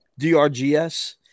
DRGS